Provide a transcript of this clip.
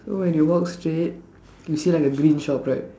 so when they walk straight can see like the green shop right